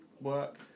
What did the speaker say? work